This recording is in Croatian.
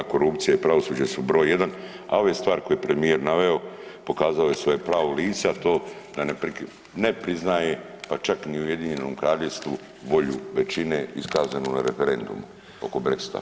Korupcija i pravosuđe su broj jedan, a ove stvari koje je premijer naveo pokazale su svoje pravo lice, a to da ne priznaje pa čak ni u Ujedinjenom Kraljevstvu volju većine iskazanu na referendumu oko brexita.